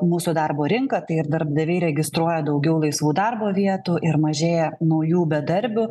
mūsų darbo rinka tai ir darbdaviai registruoja daugiau laisvų darbo vietų ir mažėja naujų bedarbių